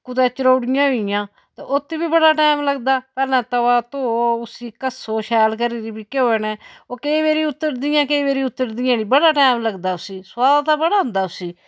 कुदै चरोड़ियां होई गेइयां ते उत्त बी बड़ा टैम लगदा पैह्ला तवाऽ धोऽ उसी घस्सो शैल करी घ्यौ कन्नै ओह् केईं बारी उतर दियां केईं बारी उतर दियां नी बड़ा टैम लगदा उसी सुआद ते बड़ा औंदा उसी